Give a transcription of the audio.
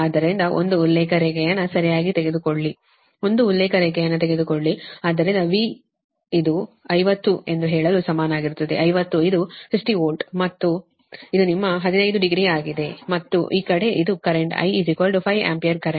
ಆದ್ದರಿಂದ ಒಂದು ಉಲ್ಲೇಖ ರೇಖೆಯನ್ನು ಸರಿಯಾಗಿ ತೆಗೆದುಕೊಳ್ಳಿ ಒಂದು ಉಲ್ಲೇಖ ರೇಖೆಯನ್ನು ತೆಗೆದುಕೊಳ್ಳಿ ಮತ್ತು ಅದರಿಂದ ನಿಮ್ಮ V ಇದು 50 ಎಂದು ಹೇಳಲು ಸಮನಾಗಿರುತ್ತದೆ 50 ಇದು 50 ವೋಲ್ಟ್ ಮತ್ತು ಇದು ನಿಮ್ಮ 15 ಡಿಗ್ರಿ ಆಗಿದೆ ಮತ್ತು ಈ ಕಡೆ ಇದು ಕರೆಂಟ್ I 5 ಆಂಪಿಯರ್ ಕರೆಂಟ್